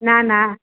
ના ના